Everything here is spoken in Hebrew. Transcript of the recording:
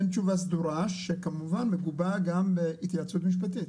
תשובה סדורה שכמובן מגובה גם בהתייעצות משפטית.